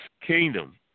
kingdom